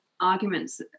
arguments